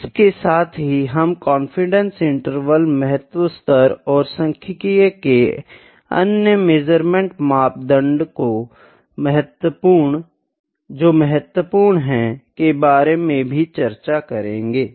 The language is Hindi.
इसके साथ ही हम कॉन्फिडेंस इंटरवल महत्व स्तर और सांख्यिकीय के अन्य मेज़रमेंट मापदंड जो महत्वपूर्ण हैं के बारे में भी चर्चा करेंगे